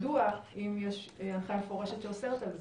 מדוע זה קורה אם יש הנחיה מפורשת שאוסרת על זה?